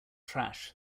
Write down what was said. trash